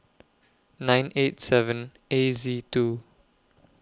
nine eight seven A Z two